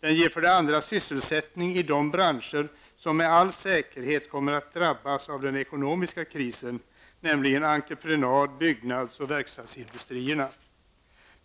Det ger, för det andra, sysselsättning i de branscher som med all säkerhet kommer att drabbas av den ekonomiska krisen, nämligen entreprenad-, byggnads och verkstadsindustrierna.